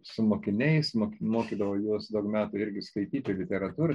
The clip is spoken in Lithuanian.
su mokiniais mok mokydavo juos daug metų irgi skaityti literatūrą